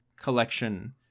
collection